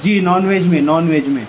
جی نان ویز میں نان ویز میں